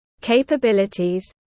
capabilities